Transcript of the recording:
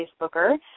Facebooker